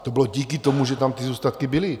To bylo díky tomu, že tam ty zůstatky byly.